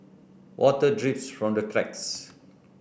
water drips from the cracks